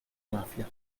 mafia